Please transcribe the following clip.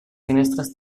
finestres